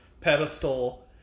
pedestal